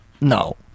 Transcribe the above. No